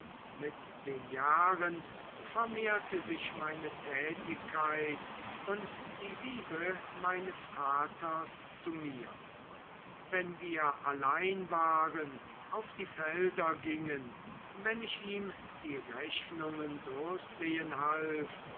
mit den jahren vermehrte sich meine tätigkeit und die liebe meines vaters zu mir wenn wir allein waren auf die felder gingen wenn ich ihm die rechnungen durchsehen half